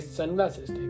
sunglasses